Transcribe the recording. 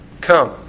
Come